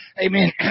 Amen